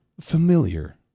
Familiar